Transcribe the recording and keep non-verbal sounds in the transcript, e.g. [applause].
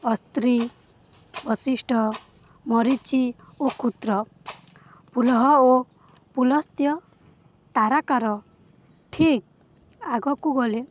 ଅସ୍ତ୍ରୀ ବଶିଷ୍ଟ ମରିଚି ଓ [unintelligible] ପୁଲହ ଓ ପୁଲସ୍ଥ୍ୟ ତାରାକାର ଠିକ ଆଗକୁ ଗଲେ